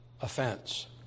offense